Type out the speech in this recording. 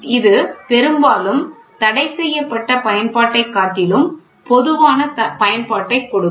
இது பெரும்பாலும் தடைசெய்யப்பட்ட பயன்பாட்டைக் காட்டிலும் பொதுவான பயன்பாட்டைக் கொடுக்கும்